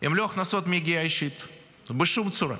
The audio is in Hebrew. הן לא הכנסות מיגיעה אישית בשום צורה.